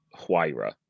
Huayra